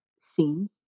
scenes